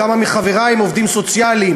כמה מחברי הם עובדים סוציאליים.